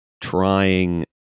trying